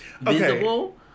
visible